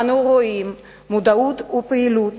אנו רואים מודעות ופעילות